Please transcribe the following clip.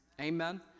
Amen